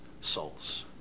souls